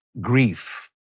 grief